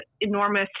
enormous